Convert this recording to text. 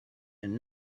and